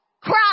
cry